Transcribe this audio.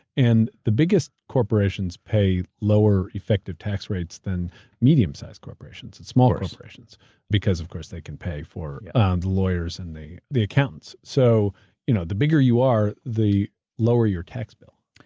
and the biggest corporations pay lower effective tax rates than medium sized corporations and smaller corporations because of course they can pay for and lawyers and the the accounts. so you know the bigger you are, the lower your tax bill.